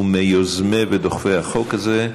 הוא מיוזמי ודוחפי החוק הזה.